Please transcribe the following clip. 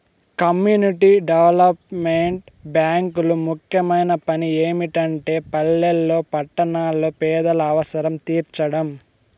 community development బ్యేంకులు ముఖ్యమైన పని ఏమిటంటే పల్లెల్లో పట్టణాల్లో పేదల అవసరం తీర్చడం